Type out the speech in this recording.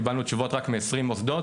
קיבלנו תשובות רק מ-20 מוסדות,